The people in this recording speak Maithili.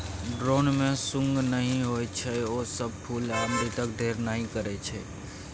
ड्रोन मे सुंग नहि होइ छै ओ सब फुल आ अमृतक ढेर नहि करय छै